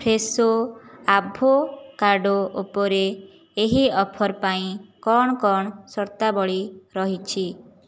Fresho avocado ଉପରେ ଏହି offer ପାଇଁ କ'ଣ କ'ଣ ସର୍ତ୍ତାବଳୀ ରହିଛି